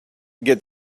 get